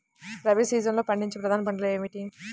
రబీ సీజన్లో పండించే ప్రధాన పంటలు ఏమిటీ?